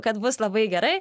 kad bus labai gerai